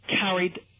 carried